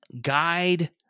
guide